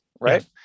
right